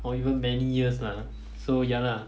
or even many years lah so ya lah